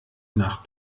nach